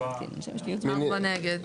4 נמנעים,